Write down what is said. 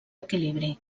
equilibri